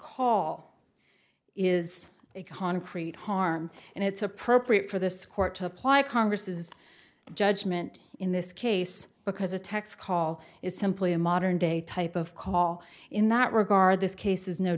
call is a concrete harm and it's appropriate for this court to apply congress's judgement in this case because a text call is simply a modern day type of call in that regard this case is no